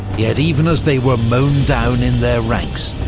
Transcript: yet even as they were mown down in their ranks,